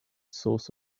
source